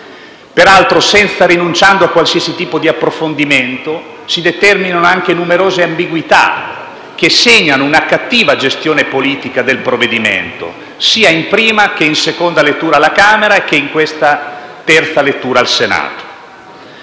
Peraltro, rinunciando a qualsiasi tipo di approfondimento, si determinano anche numerose ambiguità, che segnano una cattiva gestione politica del provvedimento, sia in prima che in seconda lettura alla Camera, sia in questa terza lettura al Senato.